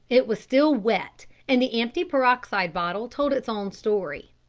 it was still wet, and the empty peroxide bottle told its own story.